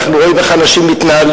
אנחנו רואים איך אנשים מתנהלים,